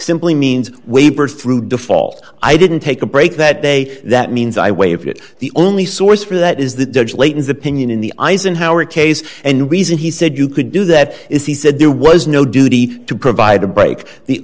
simply means waiver through default i didn't take a break that day that means i waive it the only source for that is the judge leighton's opinion in the eisenhower case and the reason he said you could do that is he said there was no duty to provide a break the